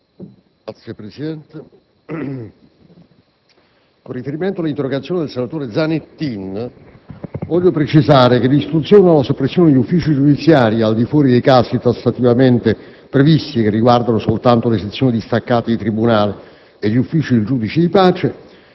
la giustizia*. Con riferimento all'interrogazione del senatore Zanettin, voglio precisare che l'istituzione o la soppressione di uffici giudiziari, al di fuori dei casi tassativamente previsti (che riguardano soltanto le sezioni distaccate di tribunale e gli uffici del giudice di pace),